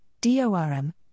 DORM